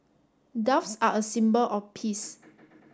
doves are a symbol of peace